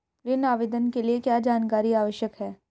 ऋण आवेदन के लिए क्या जानकारी आवश्यक है?